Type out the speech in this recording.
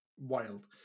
Wild